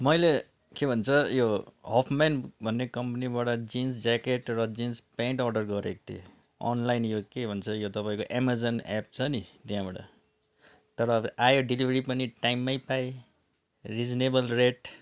मैले के भन्छ यो हफमेन भन्ने कम्पनीबाट जिन्स ज्याकेट र जिन्स पेन्ट अर्डर गरेको थिएँ अनलाइन यो के भन्छ यो तपाईँको एमाजोन एप छ नि त्यहाँबाट तर अब आयो डेलिभेरी पनि टाइममै पाएँ रिजनेबल रेट